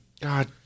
God